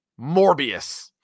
morbius